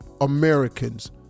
Americans